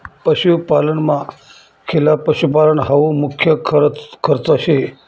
पशुपालनमा खिला पशुपालन हावू मुख्य खर्च शे